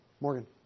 Morgan